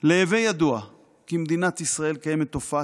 "להווי ידוע כי במדינת ישראל קיימת תופעה